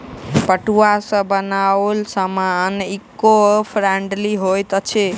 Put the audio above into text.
पटुआ सॅ बनाओल सामान ईको फ्रेंडली होइत अछि